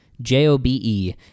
J-O-B-E